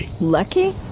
Lucky